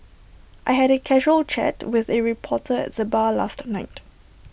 I had A casual chat with A reporter at the bar last night